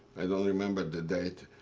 i don't remember the date.